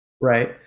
right